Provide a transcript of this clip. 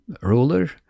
ruler